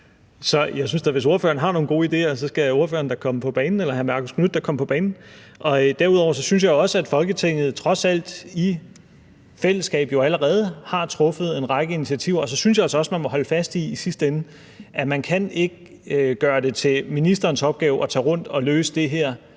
Så jeg synes da, at hvis ordføreren har nogle gode ideer, skal hr. Marcus Knuth da komme på banen. Derudover synes jeg også, at Folketinget trods alt i fællesskab jo allerede har taget en række initiativer. Og så synes jeg altså også, at man i sidste ende må holde fast i, at man ikke kan gøre det til ministerens opgave at tage rundt og løse det her